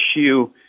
issue